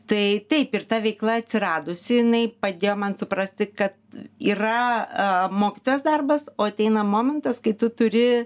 tai taip ir ta veikla atsiradusi jinai padėjo man suprasti kad yra mokytojos darbas o ateina momentas kai tu turi